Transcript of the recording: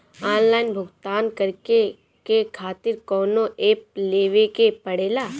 Online भुगतान करके के खातिर कौनो ऐप लेवेके पड़ेला?